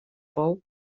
pou